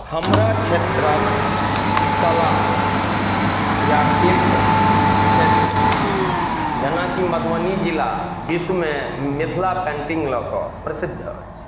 हमरा क्षेत्रक कला या शिल्प क्षेत्र जेनाकि मधुबनी जिला बिश्वमे मिथिला पेन्टिंग लऽ कऽ प्रसिद्ध अछि